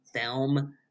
film